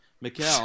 Mikel